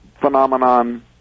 phenomenon